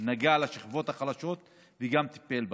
נגע בשכבות החלשות וגם טיפל בהן.